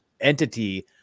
entity